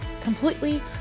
completely